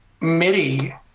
MIDI